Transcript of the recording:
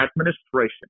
administration